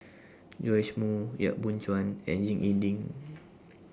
Joash Moo Yap Boon Chuan and Ying E Ding